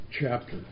chapter